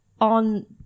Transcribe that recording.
on